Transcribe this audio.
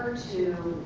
to